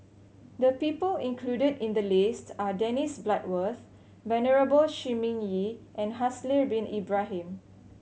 the people included in the list are Dennis Bloodworth Venerable Shi Ming Yi and Haslir Bin Ibrahim